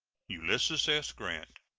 ulysses s. grant,